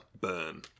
burn